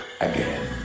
again